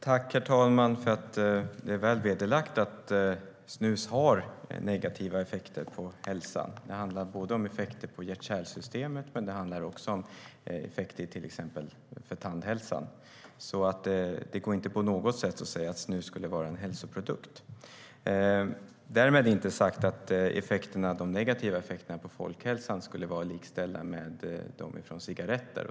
Herr talman! Det är väl verifierat att snus har negativa effekter på hälsan. Det handlar om både effekter på hjärt-kärlsystemet och effekter på till exempel tandhälsan. Det går inte på något sätt att säga att snus skulle vara en hälsoprodukt. Därmed är inte sagt att de negativa effekterna för folkhälsan skulle vara likställda med dem från cigarretter.